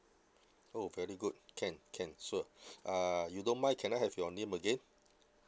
oh very good can can sure uh you don't mind can I have your name again